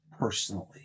personally